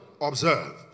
Observe